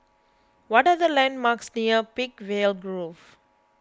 what are the landmarks near Peakville Grove